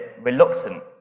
reluctant